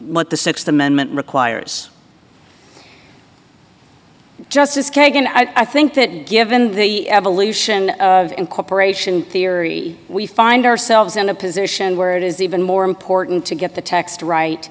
what the th amendment requires justice kagan i think that given the evolution of incorporation theory we find ourselves in a position where it is even more important to get the text right